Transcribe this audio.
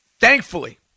thankfully